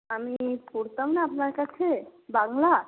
আমি পড়তাম না আপনার কাছে বাংলা